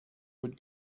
would